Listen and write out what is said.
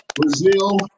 Brazil